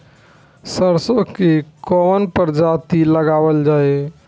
सरसो की कवन प्रजाति लगावल जाई?